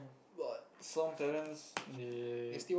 but some parents they